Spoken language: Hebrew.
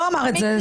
הוא לא אמר את זה.